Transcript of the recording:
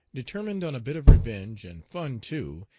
determined on a bit of revenge, and fun too,